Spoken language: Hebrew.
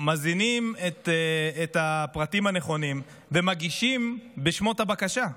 מזינים את הפרטים הנכונים ומגישים בשמו את הבקשה.